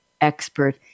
expert